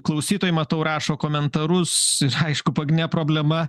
klausytojai matau rašo komentarus ir aišku pagnė problema